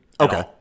Okay